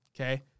Okay